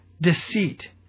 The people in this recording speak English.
deceit